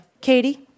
Katie